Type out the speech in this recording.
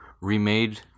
remade